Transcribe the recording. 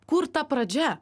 kur ta pradžia